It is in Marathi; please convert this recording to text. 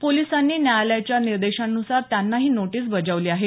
पोलिसांनी न्यायालयाच्या निर्देशांनुसार त्यांना ही नोटीस बजावली आहे